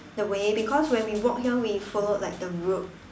the way because when we walked here we followed like the road